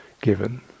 given